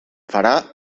farà